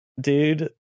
dude